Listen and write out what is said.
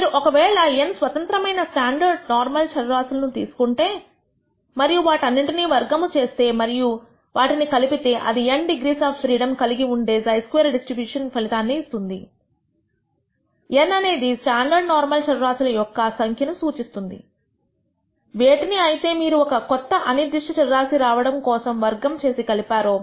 మీరు ఒకవేళ n స్వతంత్రమైన స్టాండర్డ్ నార్మల్ చరరాశులను తీసుకుంటే మరియు వాటన్నిటినీ వర్గం చేస్తే మరియు యు వాటిని కలిపితే అది n డిగ్రీస్ ఆఫ్ ఫ్రీడమ్ కలిగివుండే χ స్క్వేర్ డిస్ట్రిబ్యూషన్ ఫలితంగా ఇస్తుందిn అనేది స్టాండర్డ్ నార్మల్ చరరాశుల యొక్క సంఖ్య అను సూచిస్తుంది వేటిని అయితే మీరు ఒక కొత్త అనిర్దిష్ట చర రాశి రావడం కోసం వర్గం చేసి కలిపారో